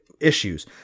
issues